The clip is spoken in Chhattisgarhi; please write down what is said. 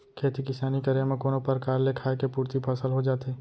खेती किसानी करे म कोनो परकार ले खाय के पुरती फसल हो जाथे